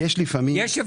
לא אני אסביר,